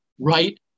right